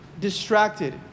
distracted